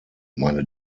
meine